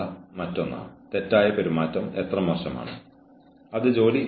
ഈ ലെക്ച്ചറിൽ നിങ്ങൾക്കായി ഇത്രമാത്രമാണുള്ളത്